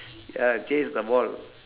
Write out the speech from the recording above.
ya chase the ball